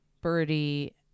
birdie